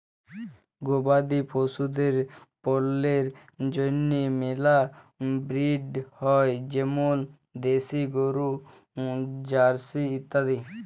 গবাদি পশুদের পল্যের জন্হে মেলা ব্রিড হ্য় যেমল দেশি গরু, জার্সি ইত্যাদি